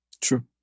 True